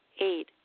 Eight